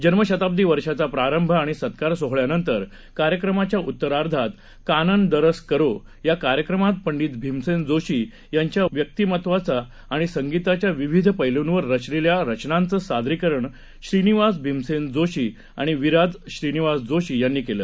जन्मशताब्दीवर्षाचाप्रारंभआणिसत्कारसोहळ्यानंतरकार्यक्रमाच्याउत्तरार्धातकाननदरसकरो याकार्यक्रमातपंडितभीमसेनजोशीयांच्याव्यक्तिमत्वाच्याआणिसंगीताच्याविविधपैलृंवररचलेल्यारचनांचंसादरीकरणश्रीनिवासभीमसेनजोशी आणिविराजश्रीनिवासजोशीयांनीकेलं